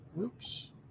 oops